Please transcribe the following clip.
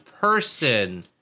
person